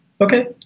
Okay